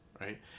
Right